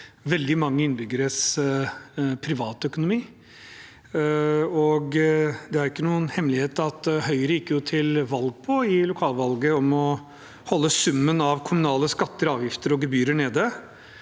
veldig mange innbyggeres privatøkonomi. Det er ikke noen hemmelighet at Høyre i lokalvalget gikk til valg på å holde summen av kommunale skatter, avgifter og gebyrer nede.